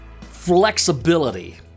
flexibility